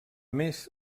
més